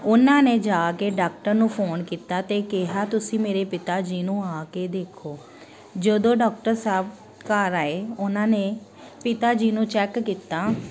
ਉਹਨਾਂ ਨੇ ਜਾ ਕੇ ਡਾਕਟਰ ਨੂੰ ਫੋਨ ਕੀਤਾ ਅਤੇ ਕਿਹਾ ਤੁਸੀਂ ਮੇਰੇ ਪਿਤਾ ਜੀ ਨੂੰ ਆ ਕੇ ਦੇਖੋ ਜਦੋਂ ਡਾਕਟਰ ਸਾਹਿਬ ਘਰ ਆਏ ਉਹਨਾਂ ਨੇ ਪਿਤਾ ਜੀ ਨੂੰ ਚੈੱਕ ਕੀਤਾ